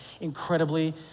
Incredibly